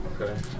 Okay